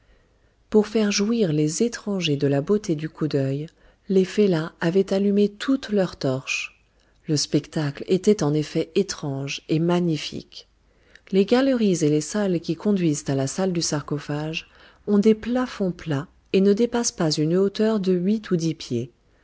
pour faire jouir les étrangers de la beauté du coup d'œil les fellahs avaient allumé toutes leurs torches le spectacle était en effet étrange et magnifique les galeries et les salles qui conduisent à la salle du sarcophage ont des plafonds plats et ne dépassent pas une hauteur de huit ou dix pieds